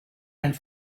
and